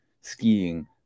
skiing